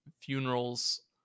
funerals